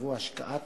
שיחייבו השקעת